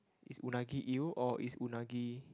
is unagi eel or is unagi